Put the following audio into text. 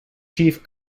chief